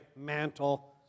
Mantle